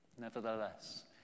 Nevertheless